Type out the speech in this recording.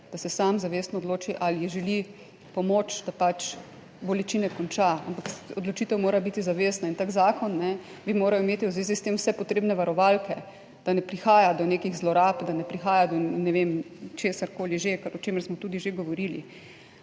da se sam zavestno odloči ali želi pomoč, da pač bolečine konča, ampak odločitev mora biti zavestna in tak zakon bi moral imeti v zvezi s tem vse potrebne varovalke, da ne prihaja do nekih zlorab, da ne prihaja do ne vem, česarkoli že, kar, o čemer smo tudi že govorili.